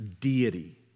deity